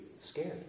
scared